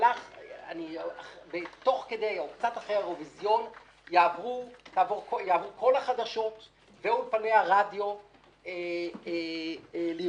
קצת אחרי האירוויזיון יעברו כל החדשות ואולפני הרדיו לירושלים,